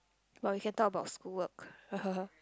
but we can talk about school work